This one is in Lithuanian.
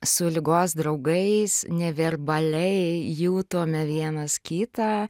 su ligos draugais neverbaliai jutome vienas kitą